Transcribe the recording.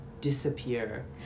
disappear